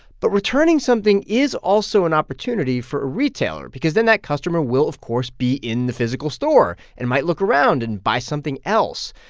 but returning something is also an opportunity for a retailer because then that customer will, of course, be in the physical store and might look around and buy something else.